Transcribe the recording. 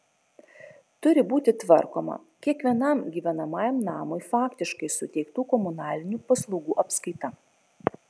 turi būti tvarkoma kiekvienam gyvenamajam namui faktiškai suteiktų komunalinių paslaugų apskaita